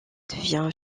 devient